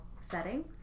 setting